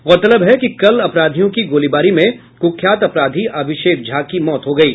गौरतलब है कि कल अपराधियों की गोलीबारी में कुख्यात अपराधी अभिषेक झा की मौत हो गयी